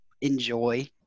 enjoy